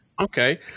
Okay